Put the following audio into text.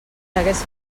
hagués